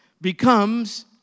becomes